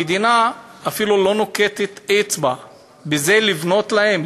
המדינה אפילו לא נוקפת אצבע לבנות להם,